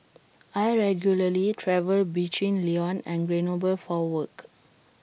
I regularly travel between Lyon and Grenoble for work